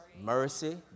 mercy